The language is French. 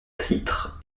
titre